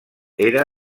era